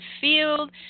field